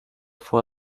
for